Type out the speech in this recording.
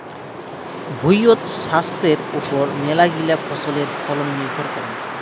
ভুঁইয়ত ছাস্থের ওপর মেলাগিলা ফছলের ফলন নির্ভর করাং